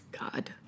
God